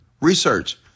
Research